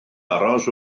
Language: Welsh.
aros